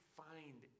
find